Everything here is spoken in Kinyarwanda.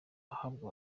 ahabwa